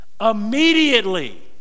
Immediately